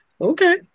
Okay